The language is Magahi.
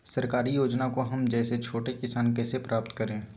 सरकारी योजना को हम जैसे छोटे किसान कैसे प्राप्त करें?